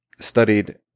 studied